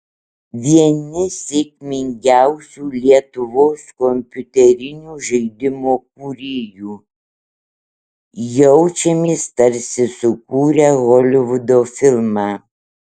vieni sėkmingiausių lietuvos kompiuterinių žaidimų kūrėjų jaučiamės tarsi sukūrę holivudo filmą